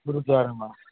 गुरुद्वारामा